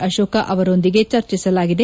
ಅಶೋಕ ಅವರೊಂದಿಗೆ ಚರ್ಚಿಸಲಾಗಿದೆ